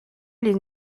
les